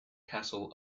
castle